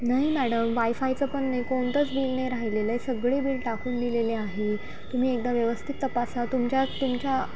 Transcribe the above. नाही मॅडम वायफायचं पण नाही कोणतंच बिल नाही राहिलेलं आहे सगळे बिल टाकून दिलेले आहे तुम्ही एकदा व्यवस्थित तपासा तुमच्या तुमच्या